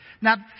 Now